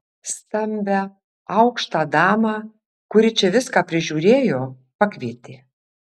stambią aukštą damą kuri čia viską prižiūrėjo pakvietė